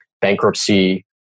bankruptcy